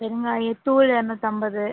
பெருங்காய தூள் இரநூற்றி ஐம்பது